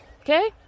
Okay